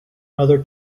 other